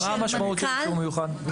מה המשמעות של אישור מיוחד?